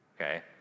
Okay